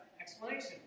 explanation